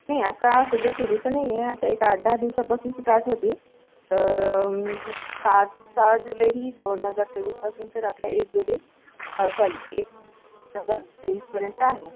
नाही आता सध्या सुरू तर नाही आहे आता एक आठदहा दिवसांपासून स्टार्ट होतील तर पाचसहा जुलै दोन हजार तेवीसपासून ते तर आपल्या एक जुलै सॉरी एक ऑगस्ट तेवीसपर्यंत आहे